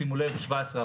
שימו לב, 17%,